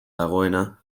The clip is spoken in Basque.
dagoena